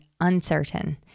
uncertain